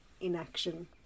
inaction